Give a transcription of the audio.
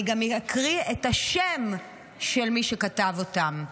אני גם אקריא את השם של מי שכתב אותן.